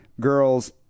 girls